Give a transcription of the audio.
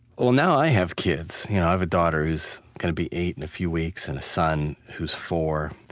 well, now i have kids. and i have a daughter who's going to be eight in a few weeks, and a son who's four.